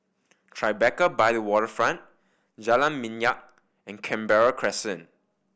Tribeca by the Waterfront Jalan Minyak and Canberra Crescent